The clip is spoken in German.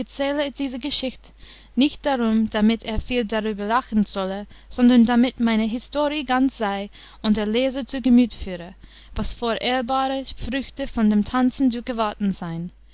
diese geschicht nicht darum damit er viel darüber lachen solle sondern damit meine histori ganz sei und der leser zu gemüt führe was vor ehrbare früchte von dem tanzen zu gewarten sein